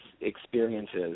experiences